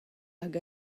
hag